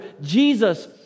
Jesus